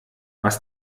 was